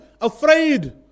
afraid